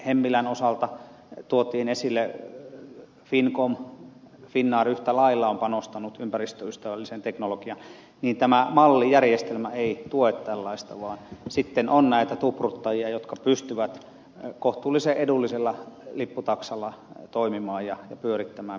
hemmilän osalta tuotiin esille finncomm finnair yhtä lailla on panostanut ympäristöystävälliseen teknologiaan niin tämä mallijärjestelmä ei tue tällaista vaan sitten on näitä tupruttajia jotka pystyvät kohtuullisen edullisella lipputaksalla toimimaan ja pyörittämään bisnestä